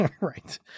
Right